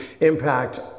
impact